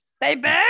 baby